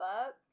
up